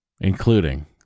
including